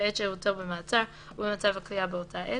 בעת שהותו במעצר ובמצב הכליאה באותה עת,